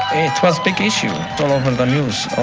it was big issue. all over the news, all